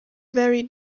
very